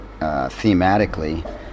thematically